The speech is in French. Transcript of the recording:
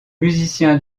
musiciens